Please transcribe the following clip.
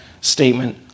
statement